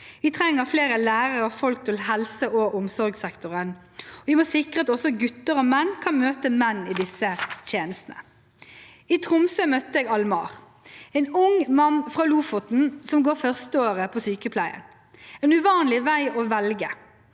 Vi trenger flere lærere og folk til helse- og omsorgssektoren, og vi må sikre at også gutter og menn kan møte menn i disse tjenestene. I Tromsø møtte jeg Almar, en ung mann fra Lofoten som går førsteåret på sykepleien. Det er en uvanlig vei å velge.